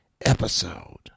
episode